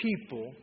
people